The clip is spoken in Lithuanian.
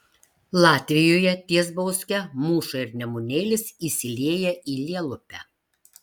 latvijoje ties bauske mūša ir nemunėlis įsilieja į lielupę